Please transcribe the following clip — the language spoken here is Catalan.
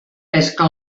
pesca